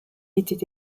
était